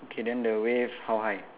okay then the wave how high